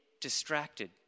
distracted